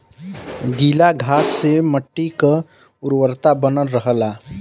गीला घास से मट्टी क उर्वरता बनल रहला